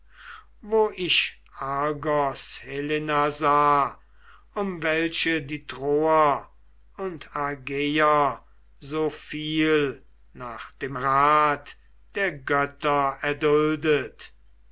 wo ich argos helena sah um welche die troer und argeier so viel nach dem rat der götter erduldet